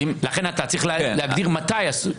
לכן אתה צריך להגדיר מתי אסור.